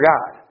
God